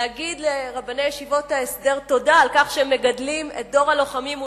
להגיד לרבני ישיבות ההסדר תודה על כך שהם מגדלים את דור הלוחמים,